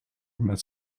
met